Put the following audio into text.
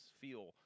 feel